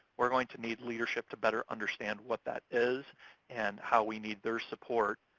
we're going to need leadership to better understand what that is and how we need their support